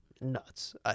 nuts